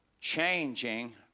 changing